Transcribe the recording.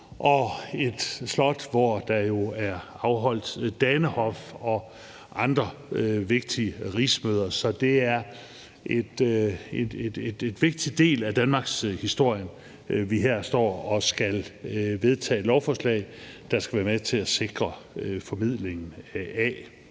og et slot, hvor der er blevet afholdt Danehof og andre vigtige rigsmøder. Så det er en vigtig del af danmarkshistorien, vi her står og skal vedtage et lovforslag om, som skal være med til at sikre formidlingen af